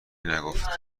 نگفت